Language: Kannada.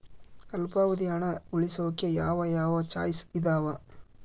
ಅಲ್ಪಾವಧಿ ಹಣ ಉಳಿಸೋಕೆ ಯಾವ ಯಾವ ಚಾಯ್ಸ್ ಇದಾವ?